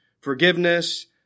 forgiveness